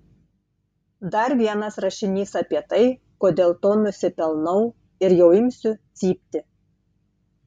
dar vienas rašinys apie tai kodėl to nusipelnau ir jau imsiu cypti